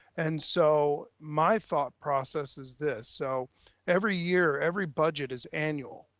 and so my thought process is this, so every year, every budget is annual,